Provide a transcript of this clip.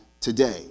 today